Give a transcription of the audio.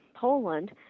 Poland